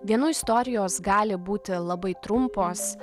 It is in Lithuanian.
vienų istorijos gali būti labai trumpos